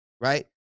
right